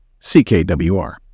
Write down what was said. CKWR